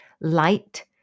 light